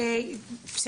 לגמרי.